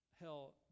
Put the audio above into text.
hell